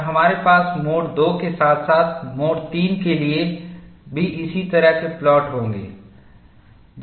और हमारे पास मोड II के साथ साथ मोड III के लिए भी इसी तरह के प्लॉट होंगे